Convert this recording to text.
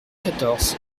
quatorze